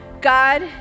God